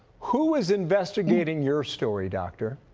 who is investigating your story, doctor?